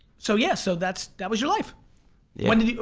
so yes, so that's that was your life when did you,